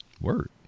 Word